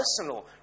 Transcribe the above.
personal